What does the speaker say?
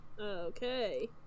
Okay